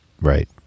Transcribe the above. Right